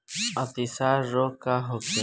अतिसार रोग का होखे?